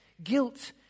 Guilt